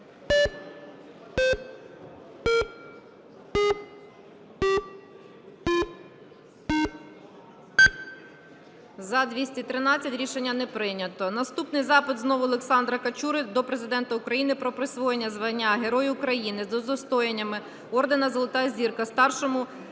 За-213 Рішення не прийнято. Наступний запит знову Олександра Качури до Президента України про присвоєння звання Герой України з удостоєнням ордена "Золота Зірка" старшому